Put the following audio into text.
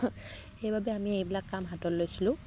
সেইবাবে আমি এইবিলাক কাম হাতত লৈছিলোঁ